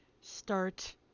start